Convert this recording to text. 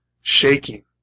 shaking